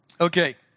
Okay